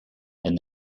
and